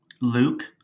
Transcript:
Luke